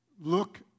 look